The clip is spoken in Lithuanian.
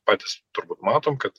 patys turbūt matom kad